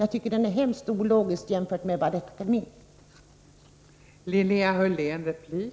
Jag tycker den är mycket ologisk, jämfört med ståndpunkten beträffande Balettakademien.